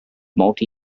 multi